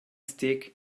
stick